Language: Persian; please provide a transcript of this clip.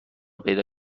پیدا